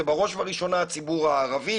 זה בראש וראשונה הציבור הערבי.